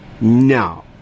No